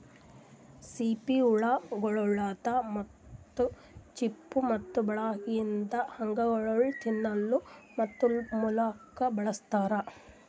ಸಿಂಪಿ ಹುಳ ಗೊಳ್ದಾಂದ್ ಮುತ್ತು, ಚಿಪ್ಪು ಮತ್ತ ಒಳಗಿಂದ್ ಅಂಗಗೊಳ್ ತಿನ್ನಲುಕ್ ಮತ್ತ ಮಾರ್ಲೂಕ್ ಬಳಸ್ತಾರ್